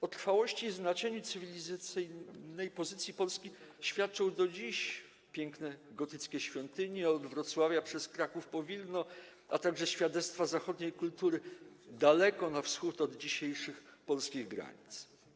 O trwałości i znaczeniu cywilizacyjnej pozycji Polski świadczą do dziś piękne gotyckie świątynie, od Wrocławia, przez Kraków, po Wilno, a także świadectwa zachodniej kultury daleko na wschód od dzisiejszych polskich granic.